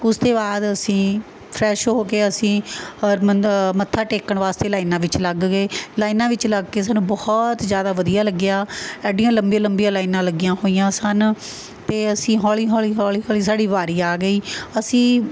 ਉਸ ਤੇ ਬਾਅਦ ਅਸੀਂ ਫ੍ਰੈਸ਼ ਹੋ ਕੇ ਅਸੀਂ ਹਰਿਮੰਦ ਮੱਥਾ ਟੇਕਣ ਵਾਸਤੇ ਲਾਈਨਾਂ ਵਿੱਚ ਲੱਗ ਗਏ ਲਾਈਨਾਂ ਵਿੱਚ ਲੱਗ ਕੇ ਸਾਨੂੰ ਬਹੁਤ ਜ਼ਿਆਦਾ ਵਧੀਆ ਲੱਗਿਆ ਐਡੀਆਂ ਲੰਬੀਆਂ ਲੰਬੀਆਂ ਲਾਈਨਾਂ ਲੱਗੀਆਂ ਹੋਈਆਂ ਸਨ ਅਤੇ ਅਸੀਂ ਹੌਲ਼ੀ ਹੌਲ਼ੀ ਹੌਲ਼ੀ ਹੌਲ਼ੀ ਸਾਡੀ ਵਾਰੀ ਆ ਗਈ ਅਸੀਂ